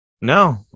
No